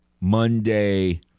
Monday